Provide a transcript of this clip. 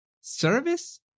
Service